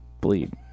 bleed